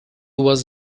was